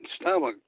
stomach